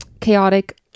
chaotic